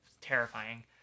terrifying